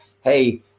Hey